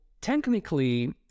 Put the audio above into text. technically